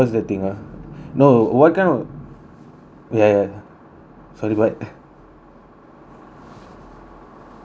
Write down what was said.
no what kind of ya ya sorry wait